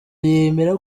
yemera